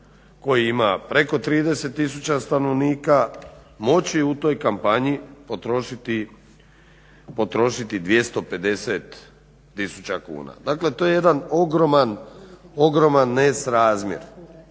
koji ima preko 30 000 stanovnika moći u toj kampanji potrošiti 250 tisuća kuna. Dakle to je jedan ogroman nesrazmjer.